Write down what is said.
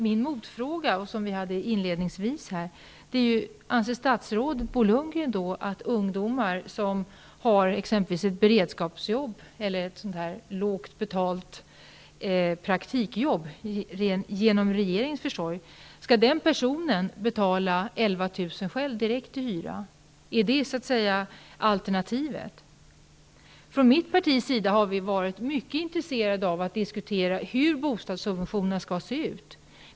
Min motfråga som jag också ställde inledningsvis är: Anser statsrådet Bo Lundgren att ungdomar som har exempelvis ett beredskapsarbete eller genom regeringens försorg ett lågt betalat praktikarbete själva skall betala 11 000 kr. direkt i hyra? Är det alternativet? I mitt parti har vi varit mycket intresserade av att diskutera hur bostadssubventionerna skall se ut.